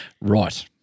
Right